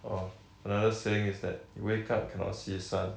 or another saying is that you wake up cannot see sun